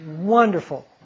Wonderful